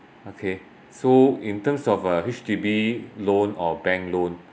okay so in terms of a H_D_B loan or a bank loan